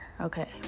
okay